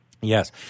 Yes